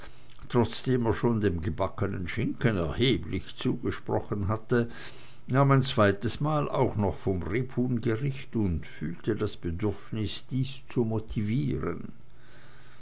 trotzdem er schon dem gebackenen schinken erheblich zugesprochen hatte nahm ein zweites mal auch noch von dem rebhuhngericht und fühlte das bedürfnis dies zu motivieren